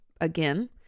again